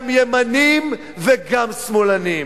גם ימנים וגם שמאלנים.